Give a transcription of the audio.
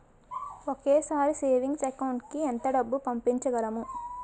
ఒకేసారి savings account కి ఎంత డబ్బు పంపించగలము?